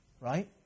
Right